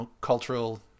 cultural